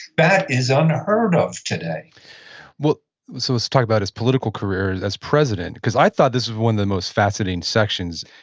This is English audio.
that is unheard of today but so let's talk about his political career as president, because i thought this was one of the most fascinating sections,